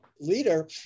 leader